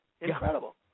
Incredible